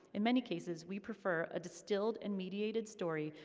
in many cases, we prefer a distilled and mediated story,